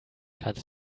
kannst